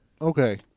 Okay